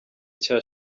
nshya